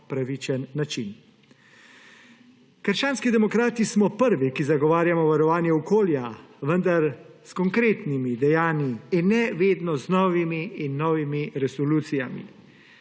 pravičen način. Krščanski demokrati smo prvi, ki zagovarjamo varovanje okolja, vendar s konkretnimi dejanji in ne vedno z novimi in novimi resolucijami.